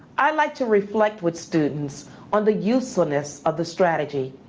i like to reflect with students on the usefulness of the strategy.